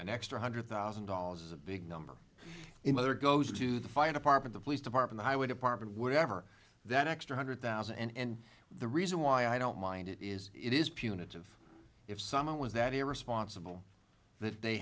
an extra hundred thousand dollars is a big number in mother goes to the fire department the police department i would have parted whatever that extra hundred thousand and the reason why i don't mind it is it is punitive if someone was that irresponsible that they